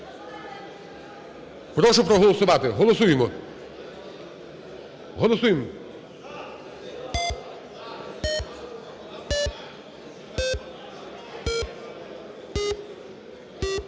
Прошу проголосувати, голосуємо. Голосуємо.